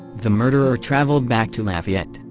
the murderer traveled back to lafayette,